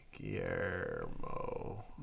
Guillermo